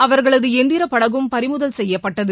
அவர்களது எந்திரப்படகும் பறிமுதல் செய்யப்பட்டது